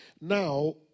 now